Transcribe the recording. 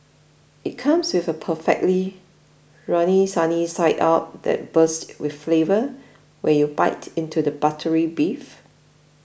it comes with a perfectly runny sunny side up that bursts with flavour when you bite into the buttery beef